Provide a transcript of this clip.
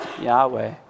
Yahweh